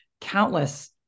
countless